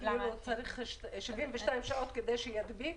צריך 72 שעות כדי שידביק?